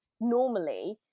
normally